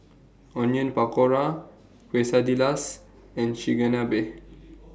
Onion Pakora Quesadillas and Chigenabe